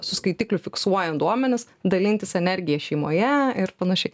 su skaitikliu fiksuojan duomenis dalintis energija šeimoje ir panašiai